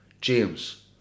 james